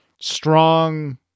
strong